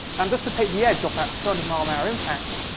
and just to take the edge off that two hundred mile an hour impact,